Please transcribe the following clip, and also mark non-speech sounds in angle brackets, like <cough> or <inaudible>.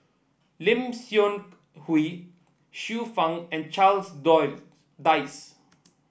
Lim Seok Hui Xiu Fang and Charles <unintelligible> Dyce